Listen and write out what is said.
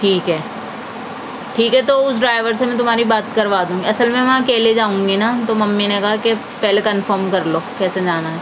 ٹھیک ہے ٹھیک ہے تو اُس ڈرائیور سے میں تمہاری بات کروا دوں اصل میں میں اکیلے جاؤں گی نا تو ممی نے کہا کہ پہلے کنفرم کرلو کیسے جانا ہے